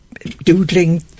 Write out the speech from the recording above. doodling